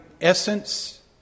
essence